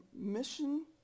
Mission